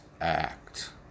act